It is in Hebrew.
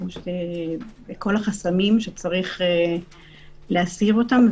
כל החסמים שצריך להסיר אותם.